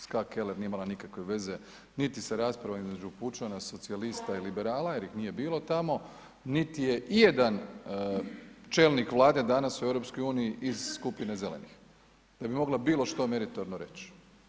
Ska Keller nije imala nikakve veze niti sa raspravom između pučana, socijalista i liberala jer ih nije bilo tamo, niti je ijedan čelnik vlade danas u EU iz skupine Zelenih, da bi mogla bilo što meritorno reći.